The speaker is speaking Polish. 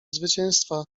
zwycięstwa